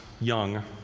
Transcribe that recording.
young